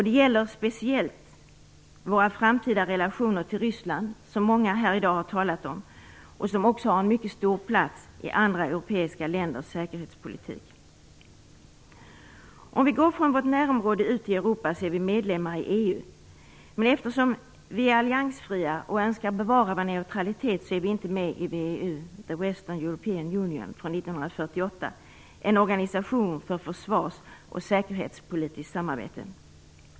Det gäller speciellt de framtida relationerna till Ryssland, något som många i dag talat om och som också tar en mycket stor plats i andra europeiska länders säkerhetspolitik. Vi är medlemmar i EU - för att nu gå från vårt närområde. Eftersom vi är alliansfria och önskar bevara vår neutralitet är vi inte med i VEU, the West European Union, från 1948, en organisation för försvarsoch säkerhetspolitiskt samarbete.